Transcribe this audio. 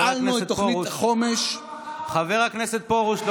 הפעלנו את תוכנית, חבר הכנסת פרוש.